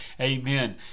Amen